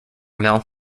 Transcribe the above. mill